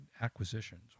acquisitions